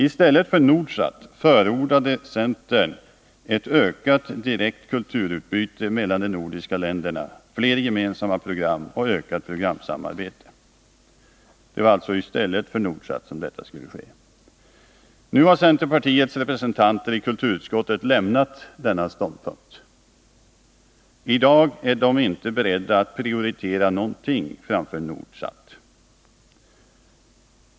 I stället för Nordsat förordade centern ”ett ökat direkt kulturutbyte mellan de nordiska länderna, fler gemensamma program och ökat programsamarbete”. Nu har centerpartiets representanter i kulturutskottet lämnat denna ståndpunkt. I dag är de inte beredda att prioritera någonting framför Nordsat.